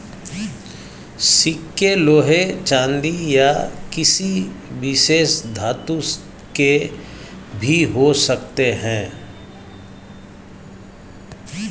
सिक्के लोहे चांदी या किसी विशेष धातु के भी हो सकते हैं